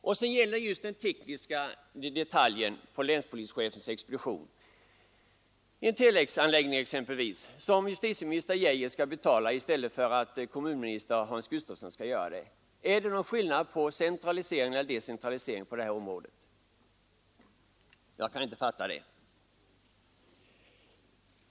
När det gäller de tekniska detaljerna på länspolischefens expedition, så kan jag inte fatta att det är någon skillnad i fråga om centralisering eller decentralisering ifall justitieminister Lennart Geijer eller kommunminister Hans Gustafsson betalar exempelvis en telexanläggning.